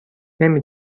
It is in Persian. نمی